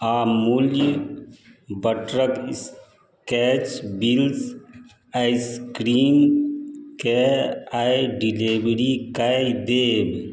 आओर Amul butterscotch bliss आइसक्रीमके आइ डिलिवरी कै देब